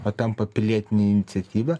o tampa pilietine iniciatyva